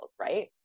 right